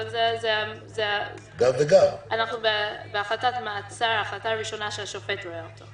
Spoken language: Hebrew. אבל אנחנו בהחלטה ראשונה שבה השופט רואה אותו.